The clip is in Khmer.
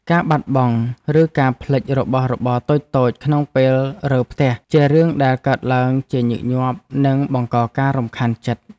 ការបាត់បង់ឬការភ្លេចរបស់របរតូចៗក្នុងពេលរើផ្ទះជារឿងដែលកើតឡើងជាញឹកញាប់និងបង្កការរំខានចិត្ត។